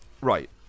right